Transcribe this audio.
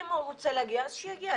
ואם הוא רוצה להגיע, אז שיגיע.